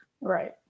Right